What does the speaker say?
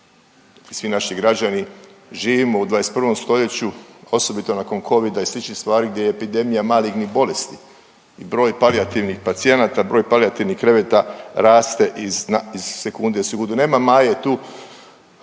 svi naši građani živimo u 21. stoljeću osobito nakon covida i sličnih stvari gdje je epidemija malignih bolesti i broj palijativnih pacijenata, broj palijativnih kreveta raste iz sekunde u sekundu.